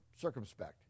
circumspect